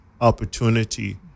opportunity